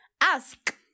ask